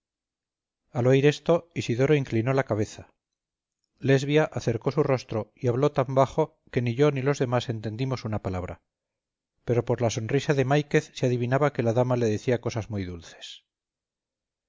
al oír esto isidoro inclinó la cabeza lesbia acercó su rostro y habló tan bajo que ni yo ni los demás entendimos una palabra pero por la sonrisa de máiquez se adivinaba que la dama le decía cosas muy dulces